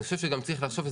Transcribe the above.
אני חושב שגם צריך לחשוב,